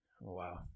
Wow